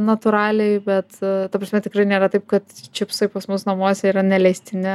natūraliai bet ta prasme tikrai nėra taip kad čipsai pas mus namuose yra neleistini